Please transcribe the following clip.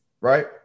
right